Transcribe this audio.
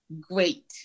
Great